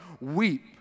Weep